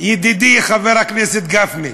ידידי חבר הכנסת גפני,